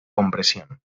compresión